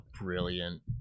brilliant